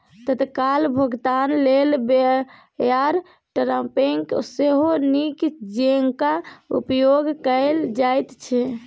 तत्काल भोगतान लेल वायर ट्रांस्फरकेँ सेहो नीक जेंका उपयोग कैल जाइत छै